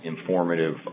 informative